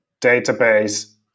database